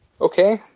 Okay